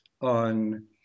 on